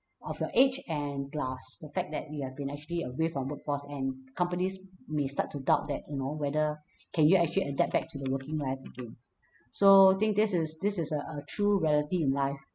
of your age and plus the fact that you have been actually away from workforce and companies may start to doubt that you know whether can you actually adapt back to the working life again so think this is this is a a true reality in life